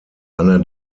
einer